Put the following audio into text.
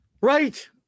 Right